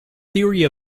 theory